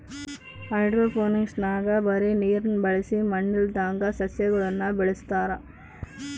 ಹೈಡ್ರೋಫೋನಿಕ್ಸ್ನಾಗ ಬರೇ ನೀರ್ನ ಬಳಸಿ ಮಣ್ಣಿಲ್ಲದಂಗ ಸಸ್ಯಗುಳನ ಬೆಳೆಸತಾರ